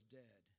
dead